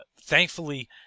Thankfully